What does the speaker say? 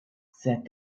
said